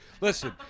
Listen